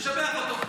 תשבח אותו.